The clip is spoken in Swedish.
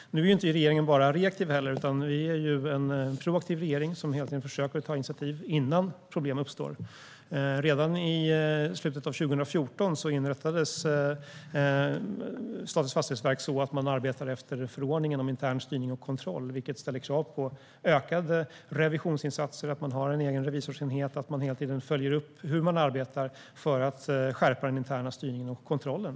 Nu är inte regeringen bara reaktiv. Vi är en proaktiv regering som hela tiden försöker att ta initiativ innan problem uppstår. Redan i slutet av 2014 inrättades Statens fastighetsverk så att det arbetade efter förordningen om intern styrning och kontroll. Det ställer krav på ökade revisionsinsatser, att man har en egen revisorsenhet och att man hela tiden följer upp hur man arbetar för att skärpa den interna styrningen och kontrollen.